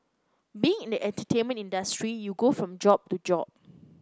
being in the entertainment industry you go from job to job